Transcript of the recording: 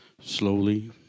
slowly